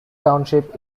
township